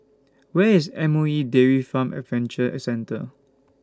Where IS M O E Dairy Farm Adventure Centre